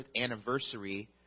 anniversary